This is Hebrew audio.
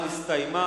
נתקבלה.